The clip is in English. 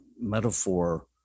metaphor